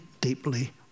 deeply